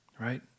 right